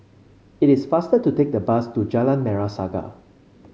it is faster to take the bus to Jalan Merah Saga